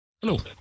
Hello